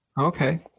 Okay